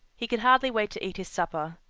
he could hardly wait to eat his supper.